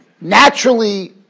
naturally